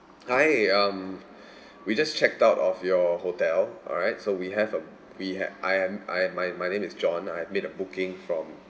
hi um we just checked out of your hotel alright so we have a we had I am I my my name is john I have made a booking from